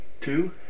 two